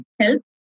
help